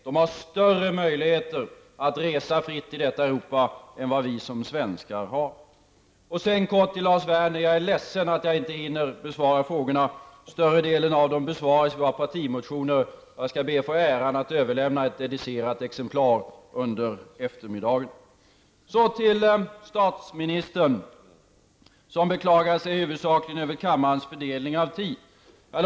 De har större möjligheter att resa fritt i detta Europa än vad vi som svenskar har. Sedan till Lars Werner. Jag är ledsen att jag inte hinner besvara frågorna. Större delen av dem besvaras i våra partimotioner. Jag skall be att få äran att överlämna ett dedicerat exemplar under eftermiddagen. Så till statsministern, som beklagar sig huvudsakligen över kammarens fördelning av tid.